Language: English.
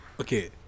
okay